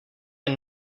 jen